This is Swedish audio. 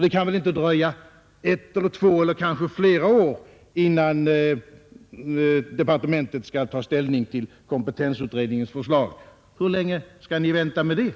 Det kan väl inte få dröja ett, två eller kanske flera år innan departementet tar ställning till kompetensutredningens förslag. Hur länge skall ni vänta med det?